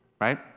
right